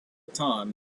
time